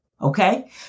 okay